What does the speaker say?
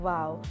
Wow